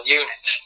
unit